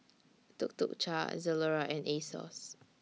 Tuk Tuk Cha Zalora and Asos